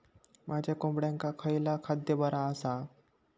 माझ्या कोंबड्यांका खयला खाद्य बरा आसा?